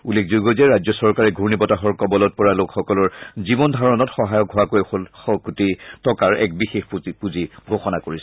উল্লেখযোগ্য যে ৰাজ্য চৰকাৰে ঘূৰ্ণীবতাহৰ কবলত পৰা লোকসকলৰ জীৱন ধাৰণত সহায়ক হোৱাকৈ যোল্লশ কোটি টকাৰ এটা বিশেষ পুঁজিৰ ঘোষণা কৰিছে